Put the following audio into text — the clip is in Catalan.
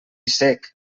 sec